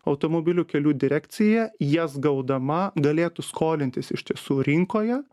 automobilių kelių direkcija jas gaudama galėtų skolintis iš tiesų rinkoje